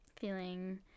feeling